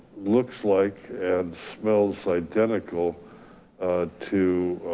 looks like and smells identical to